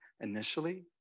initially